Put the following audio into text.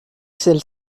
celle